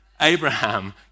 Abraham